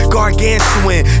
Gargantuan